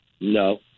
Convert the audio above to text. No